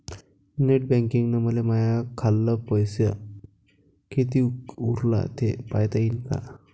Net बँकिंगनं मले माह्या खाल्ल पैसा कितीक उरला थे पायता यीन काय?